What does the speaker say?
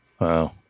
Wow